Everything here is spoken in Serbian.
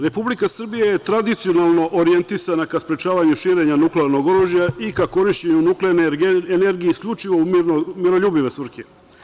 Republika Srbija je tradicionalno orijentisana ka sprečavanju širenja nuklearnog oružja i ka korišćenju nuklearne energije, isključivo u miroljubive svrhe.